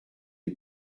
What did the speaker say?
les